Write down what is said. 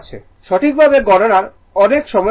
সঠিক ভাবে গণনার অনেক সময় প্রয়োজন